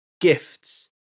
gifts